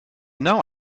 know